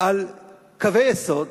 על קווי יסוד,